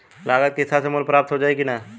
लागत के हिसाब से मूल्य प्राप्त हो पायी की ना?